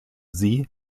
sie